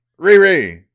Riri